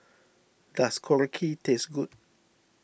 does Korokke taste good